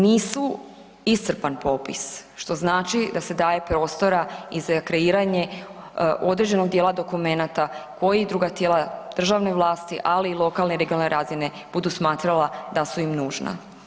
Nisu iscrpan popis, što znači da se daje prostora i za kreiranje određenog dijela dokumenata koji druga tijela državne vlasti ali i lokalne i regionalne razine budu smatrala da su im nužna.